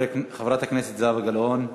חברת הכנסת זהבה גלאון,